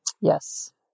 Yes